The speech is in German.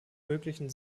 möglichen